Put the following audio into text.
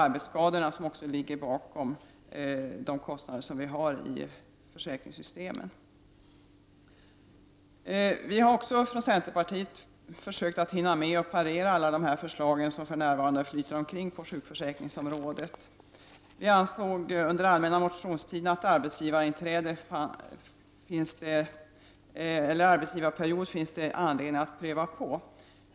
Arbetsskadorna är ju orsak till många av de kostnader som vi har i försäkringssystemen. Vi från centerpartiet har försökt att hinna med att parera alla de förslag som för närvarande så att säga flyter omkring på sjukförsäkringsområdet. Under allmänna motionstiden väckte vi en motion om att det finns anledning att pröva att införa arbetsgivarperiod.